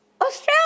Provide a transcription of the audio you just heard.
Australia